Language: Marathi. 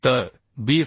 तर Bf